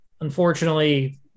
Unfortunately